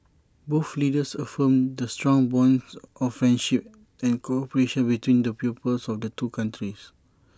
both leaders affirmed the strong bonds of friendship and cooperation between the peoples of the two countries